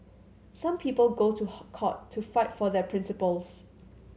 some people go to hot court to fight for their principles